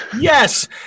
Yes